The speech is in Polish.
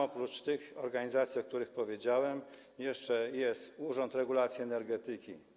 Oprócz tych organizacji, o których powiedziałem, jest jeszcze Urząd Regulacji Energetyki.